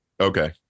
Okay